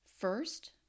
First